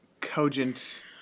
cogent